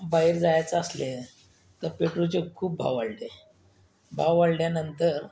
बाहेर जायचं असले तर पेट्रोलचे खूप भाव वाढले भाव वाढल्यानंतर